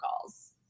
calls